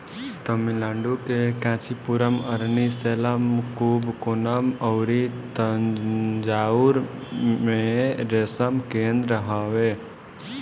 तमिलनाडु के कांचीपुरम, अरनी, सेलम, कुबकोणम अउरी तंजाउर में रेशम केंद्र हवे